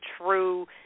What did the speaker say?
true